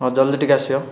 ହଁ ଜଲ୍ଦି ଟିକିଏ ଆସିବ